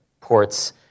ports